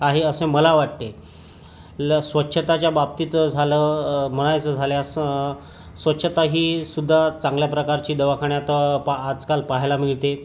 आहे असे मला वाटते ल स्वच्छताच्या बाबतीत झालं म्हणायचं झाल्यास स स्वच्छता हीसुद्धा चांगल्या प्रकारची दवाखान्यात पा आजकाल पाहायला मिळते